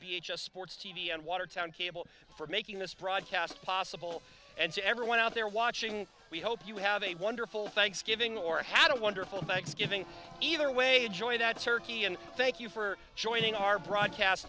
a sports t v and watertown cable for making this broadcast possible and to everyone out there watching we hope you have a wonderful thanksgiving or had a wonderful thanksgiving either way joy that turkey and thank you for joining our broadcast